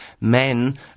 Men